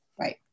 Right